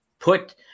put